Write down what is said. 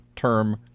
term